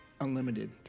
unlimited